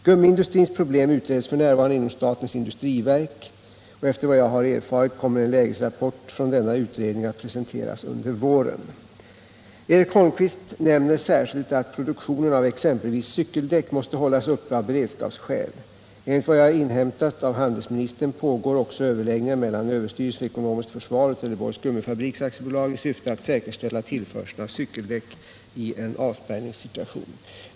Gummiindustrins problem utreds f. n. inom statens industriverk och efter vad jag har erfarit kommer en lägesrapport från denna utredning att presenteras under våren. Eric Holmqvist nämner särskilt att produktionen av exempelvis cykeldäck måste hållas uppe av beredskapsskäl. Enligt vad jag inhämtat av handelsministern pågår också överläggningar mellan överstyrelsen för ekonomiskt försvar och Trelleborgs Gummifabriks AB i syfte att säkerställa tillförseln av cykeldäck i en avspärrningssituation.